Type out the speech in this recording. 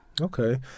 Okay